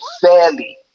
fairly